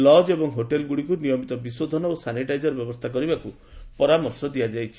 lodge ଓ ହୋଟେଲଗୁଡ଼ିକୁ ନିୟମିତ ବିଶୋଧନ ଓ ସାନିଟାଇଜର ବ୍ୟବସ୍ରା କରିବାକୁ ପରାମର୍ଶ ଦିଆଯାଇଛି